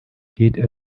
geht